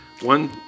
one